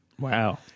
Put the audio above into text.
Wow